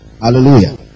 Hallelujah